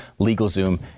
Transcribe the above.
LegalZoom